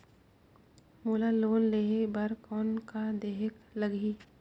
मोला लोन लेहे बर कौन का देहेक लगही?